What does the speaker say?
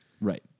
Right